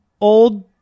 old